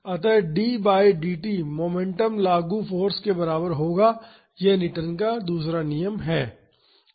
अत d by dt momentum लागू force के बराबर होगा यह न्यूटन का दूसरा नियम है